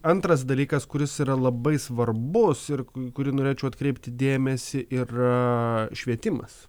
antras dalykas kuris yra labai svarbus ir kurį norėčiau atkreipti dėmesį ir švietimas